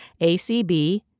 ACB